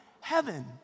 heaven